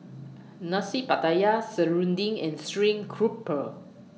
Nasi Pattaya Serunding and Stream Grouper